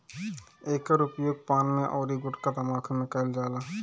एकर उपयोग पान में अउरी गुठका तम्बाकू में कईल जाला